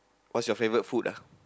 what's your favorite food lah